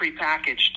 prepackaged